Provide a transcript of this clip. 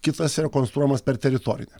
kitas rekonstruojamas per teritorinę